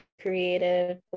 creative